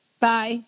Bye